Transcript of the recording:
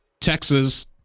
Texas